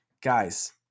guys